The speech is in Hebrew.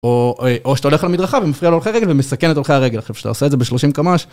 או שאתה הולך למדרכה ומפריע והולכי רגל ומסכן את הולכי הרגל. עכשיו כשאתה עושה את זה בשלושים קמ"ש...